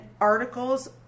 articles